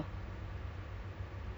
ang mo kio